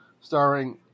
Starring